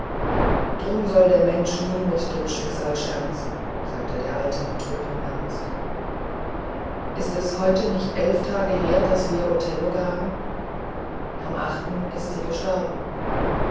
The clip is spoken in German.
drum soll der mensch nie mit dem schicksal scherzen sagte der alte mit trübem ernst ist es heute nicht elf tage daß wir othello gaben am achten ist sie gestorben